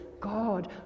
God